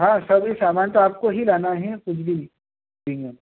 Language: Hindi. हाँ सभी सामान तो आपको ही लाना है कुछ भी नहीं है